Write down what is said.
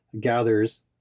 gathers